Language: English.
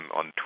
on